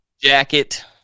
jacket